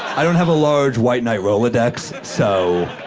i mean have a large white knight rolodex, so.